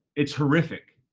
it's horrific.